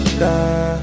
da